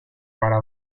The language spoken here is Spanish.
para